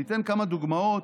אני אתן כמה דוגמאות